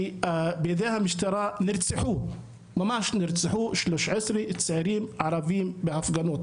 שבידי המשטרה נרצחו 13 ערבים בהפגנות.